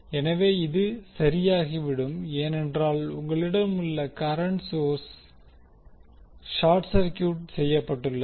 எனவே இது சரியாகிவிடும் ஏனென்றால் உங்களிடம் உள்ள கரண்ட் சோர்ஸ் ஷார்ட் சர்கியூட் செய்யப்பட்டுள்ளது